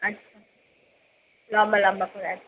আচ্ছা লম্বা লম্বা করে আচ্ছা